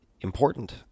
important